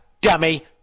dummy